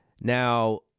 Now